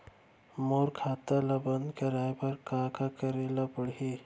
मोर खाता ल बन्द कराये बर का का करे ल पड़ही?